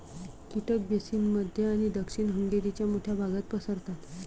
कीटक बेसिन मध्य आणि दक्षिण हंगेरीच्या मोठ्या भागात पसरतात